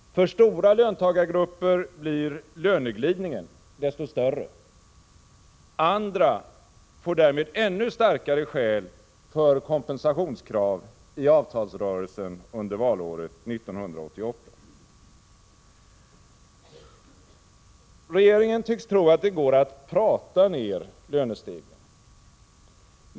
För stora löntagargrupper blir löneglidningen desto större. Andra får därmed ännu starkare skäl för kompensationskrav i avtalsrörelsen under valåret 1988. Regeringen tycks tro att det går att prata ned lönestegringen.